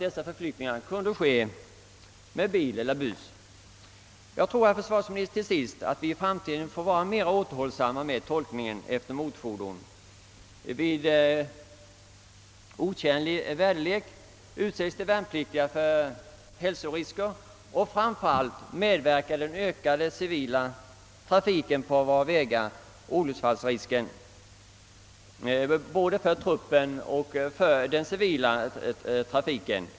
Dessa förflyttningar borde i stället kunna göras med andra transportmedel. Jag tror, herr försvarsminister, att vi i framtiden får vara mera återhållsamma i fråga om tolkning efter motorfordon. Vid otjänlig väderlek utsättes de värnpliktiga för hälsorisker, och framför allt medför den ökade civila trafiken på vägarna större olycksfallsrisker både för truppen och för den civila trafiken.